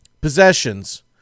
possessions